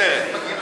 מוסרת.